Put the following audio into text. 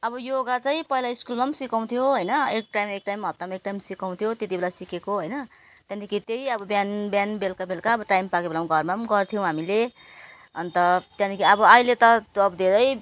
अब योगा चाहिँ पहिला स्कुलमा सिकाउँथ्यो होइन एक टाइम एक टाइम हप्तामा एक टाइम सिकाउँथ्यो त्यति बेला सिकेको होइन त्यहाँदेखि त्यही अब बिहान बिहान बेलुका बेलुका अब टाइम पाएको बेलामा घरमा गर्थ्यौँ हामीले अन्त त्यहाँदेखि अब अहिले त अब धेरै